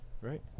right